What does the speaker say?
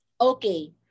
Okay